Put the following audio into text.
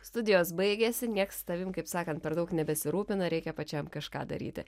studijos baigėsi nieks tavim kaip sakant per daug nebesirūpina reikia pačiam kažką daryti